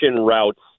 routes